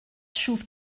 schuf